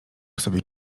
sobie